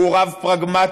הוא רב פרגמטי,